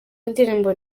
indirimbo